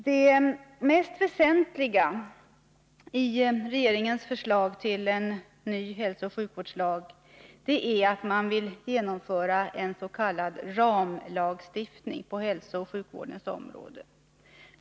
Det mest väsentliga i regeringens förslag till en ny hälsooch sjukvårdslag är att man vill genomföra en s.k. ramlagstiftning på hälsooch sjukvårdens område.